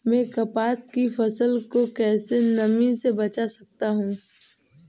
मैं कपास की फसल को कैसे नमी से बचा सकता हूँ?